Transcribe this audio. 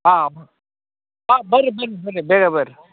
ಹಾಂ ಹಾಂ ಬರ್ರಿ ಬರ್ರಿ ಬರ್ರಿ ಬೇಗ ಬರ್ರಿ